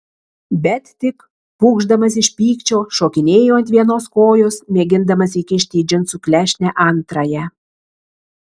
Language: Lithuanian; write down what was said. bet tik pūkšdamas iš pykčio šokinėjo ant vienos kojos mėgindamas įkišti į džinsų klešnę antrąją